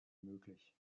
möglich